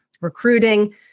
recruiting